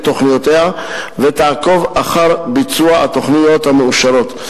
תוכניותיה ותעקוב אחר ביצוע התוכניות המאושרות.